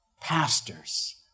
pastors